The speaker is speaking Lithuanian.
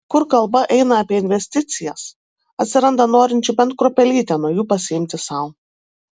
kur kalba eina apie investicijas atsiranda norinčių bent kruopelytę nuo jų pasiimti sau